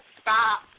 Stop